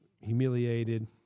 humiliated